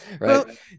Right